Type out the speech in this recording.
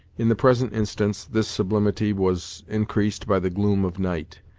in the present instance, this sublimity was increased by the gloom of night,